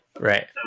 Right